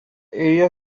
area